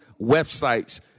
websites